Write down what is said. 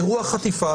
אירוע חטיפה,